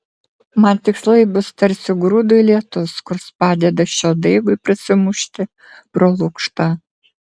man tikslai bus tarsi grūdui lietus kurs padeda šio daigui prasimušti pro lukštą